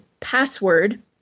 password